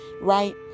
right